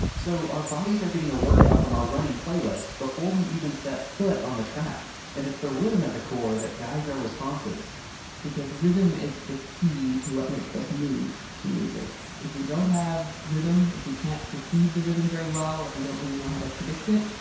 so our bodies are getting a workout from our running playlist, before we even set foot on the track and it's the rhythm at the core that guides our response because rhythm is the key to what makes us move to music. if we don't have rhythm, if we can't perceive the rhythm very well, if we don't really know how to predict it,